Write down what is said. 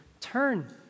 turn